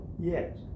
yes